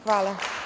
Hvala.